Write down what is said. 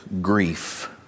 grief